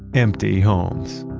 empty homes.